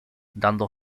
dando